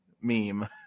meme